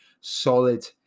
solid